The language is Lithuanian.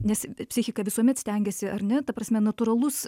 nes psichika visuomet stengiasi ar ne ta prasme natūralus